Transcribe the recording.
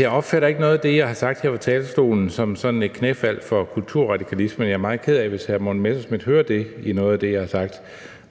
jeg opfatter ikke noget af det, jeg har sagt her på talerstolen, som sådan et knæfald for kulturradikalisme. Jeg er meget ked af, hvis hr. Morten Messerschmidt hører det i noget af det, jeg har sagt.